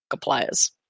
players